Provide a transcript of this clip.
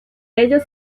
ello